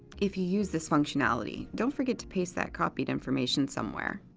if you use this functionality, don't forget to paste that copied information somewhere.